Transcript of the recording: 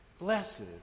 Blessed